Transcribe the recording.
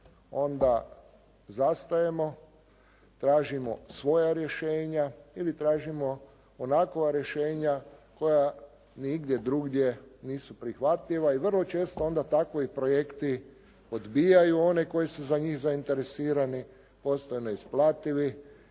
onda zastajemo, tražimo svoja rješenja ili tražimo onakva rješenja koja nigdje drugdje nisu prihvatljiva i vrlo često onda tako i projekti odbijaju one koji su za njih zainteresirani, postaju neisplativi